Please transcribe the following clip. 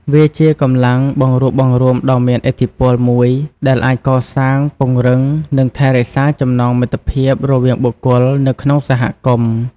វាជាកម្លាំងបង្រួបបង្រួមដ៏មានឥទ្ធិពលមួយ ដែលអាចកសាង ពង្រឹង និងថែរក្សាចំណងមិត្តភាពរវាងបុគ្គលនៅក្នុងសហគមន៍។